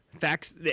Facts